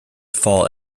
fall